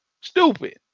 stupid